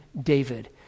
David